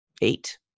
eight